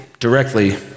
directly